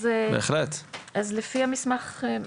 אז לפי המסמך,